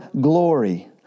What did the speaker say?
glory